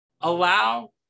Allow